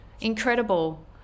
Incredible